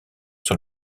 sur